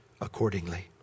accordingly